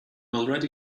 already